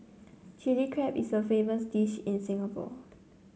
Chilli Crab is a famous dish in Singapore